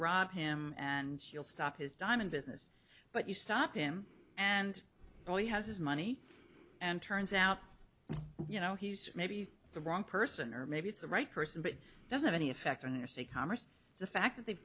rob him and he'll stop his diamond business but you stop him and all he has is money and turns out you know he's maybe the wrong person or maybe it's the right person but it doesn't have any effect on interstate commerce the fact that they